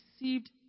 received